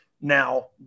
Now